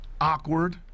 awkward